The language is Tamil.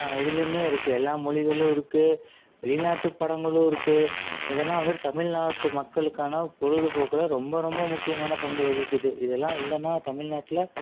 இதிலுமே இருக்குது எல்லா மொழிகளும் இருக்குது வெளிநாட்டு படங்களும் இருக்குது இதெல்லாம் வந்துட்டு தமிழ்நாட்டு மக்களுக்கான பொழுதுபோக்கில் ரொம்ப ரொம்ப முக்கியமான பங்கு வகிக்கிறது இதல்லாம் இல்லைன்னா தமிழ்நாட்ல